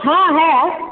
हाँ है